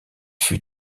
fut